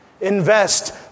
Invest